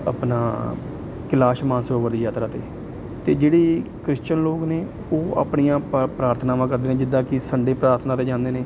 ਆਪਣਾ ਕੈਲਾਸ਼ ਮਾਨਸਰੋਵਰ ਦੀ ਯਾਤਰਾ 'ਤੇ ਅਤੇ ਜਿਹੜੇ ਕ੍ਰਿਸਚਨ ਲੋਕ ਨੇ ਉਹ ਆਪਣੀਆਂ ਪ ਪ੍ਰਾਰਥਨਾਵਾਂ ਕਰਦੇ ਆ ਜਿੱਦਾਂ ਕਿ ਸੰਡੇ ਪ੍ਰਾਰਥਨਾ 'ਤੇ ਜਾਂਦੇ ਨੇ